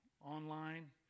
online